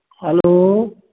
hello